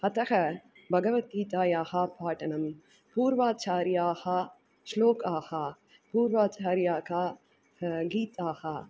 अतः भगवद्गीतायाः पाठनं पूर्वाचार्याः श्लोकाः पूर्वाचार्याका गीताः